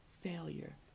failure